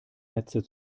netze